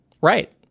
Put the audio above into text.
Right